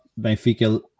Benfica